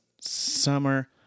summer